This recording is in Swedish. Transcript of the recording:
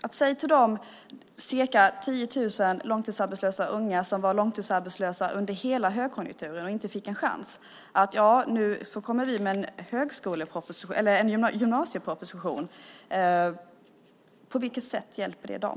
Att säga till de ca 10 000 långtidsarbetslösa unga, som var långtidsarbetslösa under hela högkonjunkturen och inte fick en chans, att nu kommer ni med en gymnasieproposition, på vilket sätt hjälper det dem?